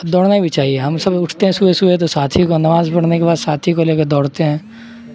دوڑنا بھی چاہیے ہم سب اٹھتے ہیں صبح صبح تو ساتھی کو نماز پڑنے کے بعد ساتھی کو لے کے دوڑتے ہیں